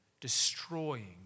destroying